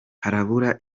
harabura